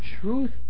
truth